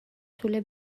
طول